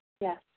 Yes